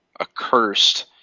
accursed